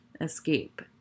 escape